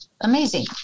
amazing